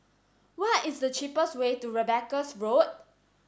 what is the cheapest way to Rebecca Road